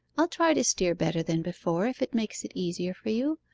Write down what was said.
i'll try to steer better than before if it makes it easier for you.